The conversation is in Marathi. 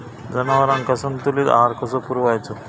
जनावरांका संतुलित आहार कसो पुरवायचो?